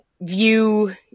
view